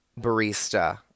barista